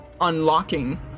unlocking